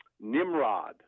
Nimrod